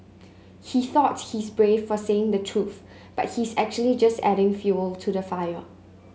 she thought she's brave for saying the truth but he's actually just adding fuel to the fire